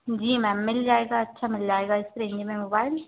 जी ma'am मिल जाएगा अच्छा मिल जाएगा इस रेंज में मोबाइल